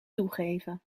toegeven